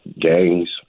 Gangs